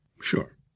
Sure